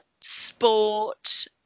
sport